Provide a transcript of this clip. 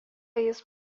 jis